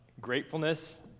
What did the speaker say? gratefulness